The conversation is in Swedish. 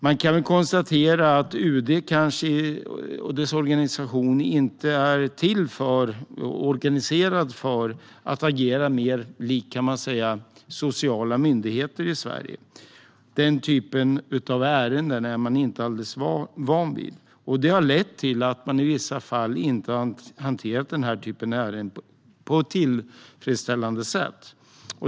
Man kan konstatera att UD och dess organisation inte är till för att agera mer likt sociala myndigheter i Sverige. Denna typ av ärenden är man inte alldeles van vid, och det har lett till att man i vissa fall inte har hanterat dem på ett tillfredsställande sätt.